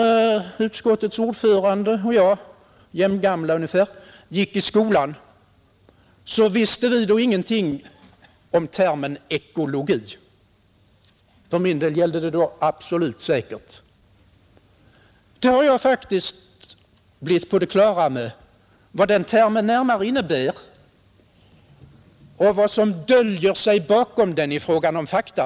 När utskottets ordförande och jag — jämngamla ungefär — gick i skolan, visste vi ingenting om termen ekologi; för min del gäller det då absolut säkert. Nu har jag faktiskt blivit på det klara med vad den termen närmare innebär och vad som döljer sig bakom den i fråga om fakta.